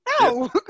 No